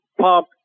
pump